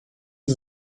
sie